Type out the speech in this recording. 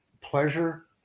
Pleasure